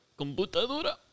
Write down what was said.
Computadora